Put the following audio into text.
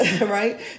right